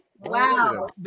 Wow